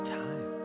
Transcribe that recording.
time